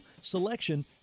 selection